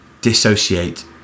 dissociate